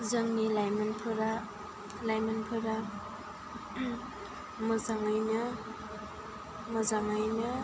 जोंनि लाइमोनफोरा लाइमोनफोरा मोजाङैनो मोजाङैनो